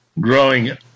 Growing